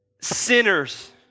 sinners